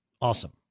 awesome